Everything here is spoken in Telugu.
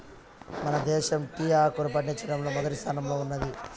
మన దేశం టీ ఆకును పండించడంలో మొదటి స్థానంలో ఉన్నాది